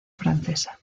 francesa